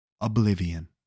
Oblivion